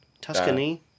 Tuscany